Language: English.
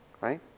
right